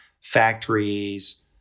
factories